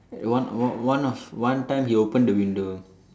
at one one one of one time he opened the window